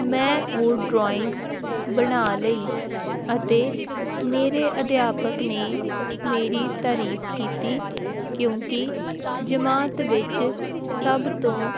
ਮੈਂ ਉਹ ਡਰੋਇੰਗ ਬਣਾ ਲਈ ਅਤੇ ਮੇਰੇ ਅਧਿਆਪਕ ਨੇ ਮੇਰੀ ਤਾਰੀਫ ਕੀਤੀ ਕਿਉਂਕਿ ਜਮਾਤ ਵਿੱਚ ਸਭ ਤੋਂ